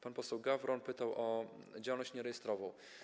Pan poseł Gawron pytał o działalność nierejestrową.